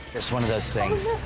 it's one of those things.